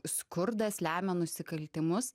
skurdas lemia nusikaltimus